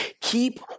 keep